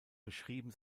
beschrieben